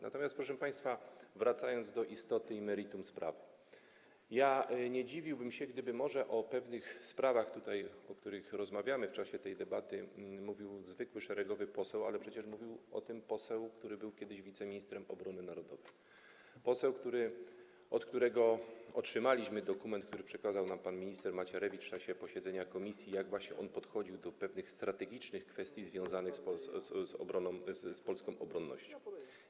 Natomiast, proszę państwa, wracając do istoty i meritum sprawy, powiem, że nie dziwiłbym się, gdyby może o pewnych sprawach tutaj, o których rozmawiamy w czasie tej debaty, mówił zwykły, szeregowy poseł, ale przecież mówił o tym poseł, który był kiedyś wiceministrem obrony narodowej, poseł, od którego otrzymaliśmy dokument, który przekazał nam pan minister Macierewicz w czasie posiedzenia komisji, wskazujący, jak właśnie on podchodził do pewnych strategicznych kwestii związanych z obroną, z polską obronnością.